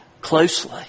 closely